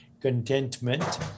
contentment